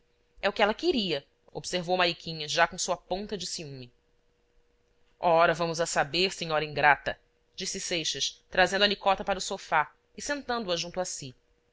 é o que ela queria observou mariquinhas já com sua ponta de ciúme ora vamos a saber senhora ingrata disse seixas trazendo a nicota para o sofá e sentando a junto